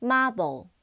Marble